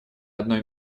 одной